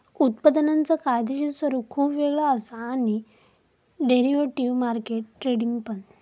उत्पादनांचा कायदेशीर स्वरूप खुप वेगळा असा आणि डेरिव्हेटिव्ह मार्केट ट्रेडिंग पण